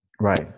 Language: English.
Right